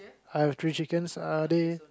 I have three chickens are they